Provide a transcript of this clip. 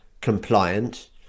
compliant